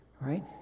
right